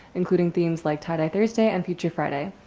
including themes like tie dye thursday mpg friday.